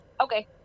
Okay